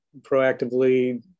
proactively